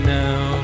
now